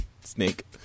snake